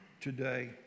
today